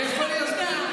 תכף אני אסביר.